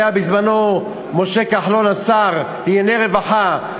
בזמנו משה כחלון היה השר לענייני רווחה,